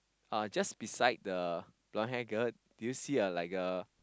uh just beside the blonde hair girl do you see a like a